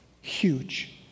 Huge